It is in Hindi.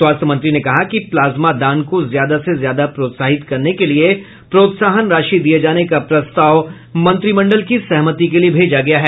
स्वास्थ्य मंत्री ने कहा है कि प्लाज्मा दान को ज्यादा से ज्यादा प्रोत्साहित करने के लिए प्रोत्साहन राशि दिये जाने का प्रस्ताव मंत्रिमंडल की सहमति के लिये भेजा गया है